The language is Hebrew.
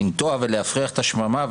לנטוע ולהפריח את השממה,